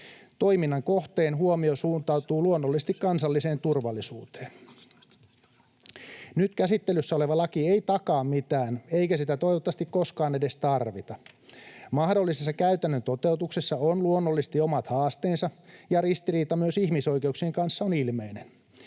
Toiminnan kohteen huomio suuntautuu luonnollisesti kansalliseen turvallisuuteen. Nyt käsittelyssä oleva laki ei takaa mitään, eikä sitä toivottavasti koskaan edes tarvita. Mahdollisessa käytännön toteutuksessa on luonnollisesti omat haasteensa, ja ristiriita myös ihmisoikeuksien kanssa on ilmeinen.